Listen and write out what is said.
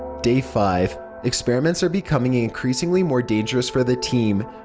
day five experiments are becoming increasingly more dangerous for the team.